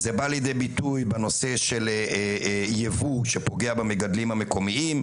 זה בא לידי ביטוי בנושא של ייבוא שפוגע במגדלים המקומיים,